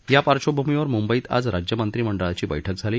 या पार्श्वभूमीवर मुंबईत आज राज्य मंत्रिमंडळाची बैठक झाली